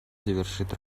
завершит